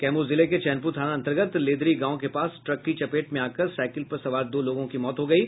कैमूर जिले के चैनपूर थाना अंतर्गत लेदरी गांव के पास ट्रक की चपेट में आकर साईकिल पर सवार दो लोगों की मौत हो गयी